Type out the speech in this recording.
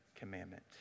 commandment